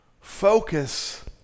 Focus